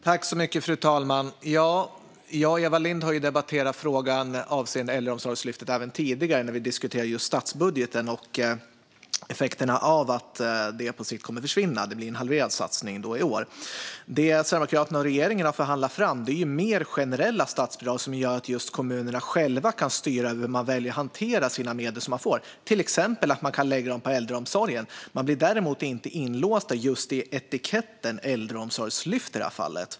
Fru talman! Eva Lindh och jag har ju debatterat frågan om Äldreomsorgslyftet även tidigare när vi diskuterat statsbudgeten och effekterna av att det på sikt kommer att försvinna. Det blir en halverad satsning i år. Vad Sverigedemokraterna och regeringen har förhandlat fram är mer generella statsbidrag som gör att kommunerna själva kan styra över hur man väljer att hantera de medel som man får. Man kan till exempel lägga dem på äldreomsorgen. De blir däremot inte låsta vid en etikett, i det här fallet Äldreomsorgslyftet.